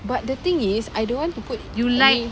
but the thing is I don't want to put any